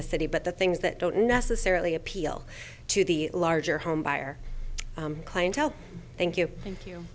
the city but the things that don't necessarily appeal to the larger home buyer clientele thank you thank you